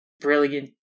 brilliant